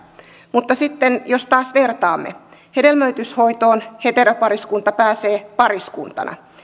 mutta sitten jos taas vertaamme hedelmöityshoitoon heteropariskunta pääsee pariskuntana